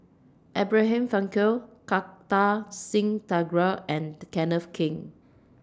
Abraham Frankel Kartar Singh Thakral and Kenneth Keng